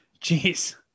Jeez